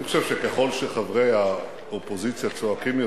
אני חושב שככל שחברי האופוזיציה צועקים יותר,